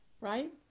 right